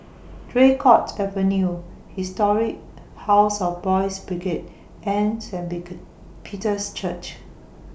Draycott Avenue Historic House of Boys' Brigade and Saint Peter's Church